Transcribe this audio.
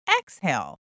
exhale